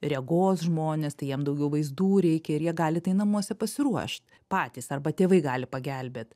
regos žmonės tai jiem daugiau vaizdų reikia ir jie gali tai namuose pasiruošt patys arba tėvai gali pagelbėt